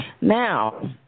Now